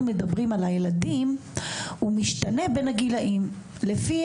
מדברים על הילדים הוא משתנה בין הגילאים - לפי